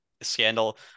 scandal